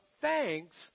thanks